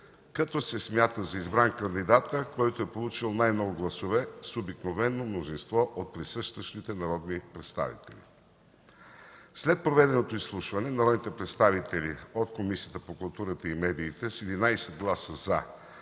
като се смята за избран кандидатът, който е получил най-много гласове с обикновено мнозинство от присъстващите народни представители. След проведеното изслушване народните представители от Комисията по културата и медиите с 11 гласа